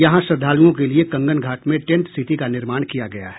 यहां श्रद्धालुओं के लिये कंगनघाट में टेंट सिटी का निर्माण किया गया है